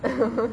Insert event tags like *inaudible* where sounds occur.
*laughs*